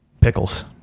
Pickles